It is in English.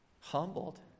humbled